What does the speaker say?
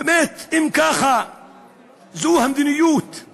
באמת, אם המדיניות הזאת